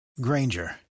Granger